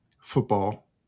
football